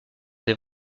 des